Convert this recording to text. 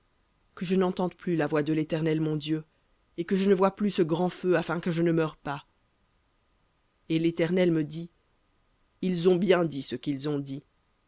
que je n'entende plus la voix de l'éternel mon dieu et que je ne voie plus ce grand feu afin que je ne meure pas et l'éternel me dit ils ont bien dit ce qu'ils ont dit